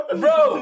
bro